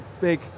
big